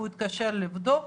הוא התקשר לבדוק.